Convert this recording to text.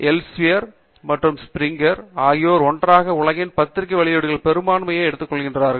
Elsevier மற்றும் Springer ஆகியோர் ஒன்றாக உலகின் பத்திரிகை வெளியீடுகளில் பெரும்பான்மையை எடுத்துக்கொள்கிறார்கள்